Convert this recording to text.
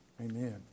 Amen